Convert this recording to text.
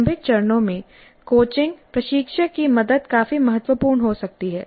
प्रारंभिक चरणों में कोचिंग प्रशिक्षक की मदद काफी महत्वपूर्ण हो सकती है